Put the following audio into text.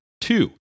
two